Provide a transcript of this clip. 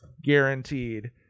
guaranteed